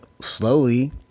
slowly